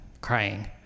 crying